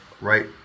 right